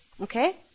Okay